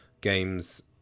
games